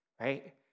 right